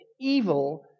evil